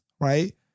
right